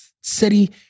city